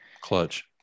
clutch